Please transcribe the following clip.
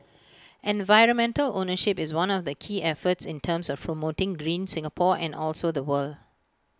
environmental ownership is one of the key efforts in terms of promoting green Singapore and also the world